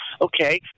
Okay